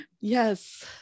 Yes